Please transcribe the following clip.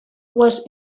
was